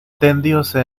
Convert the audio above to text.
tendióse